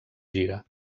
gira